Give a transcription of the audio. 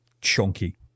chunky